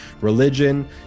religion